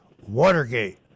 Watergate